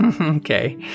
okay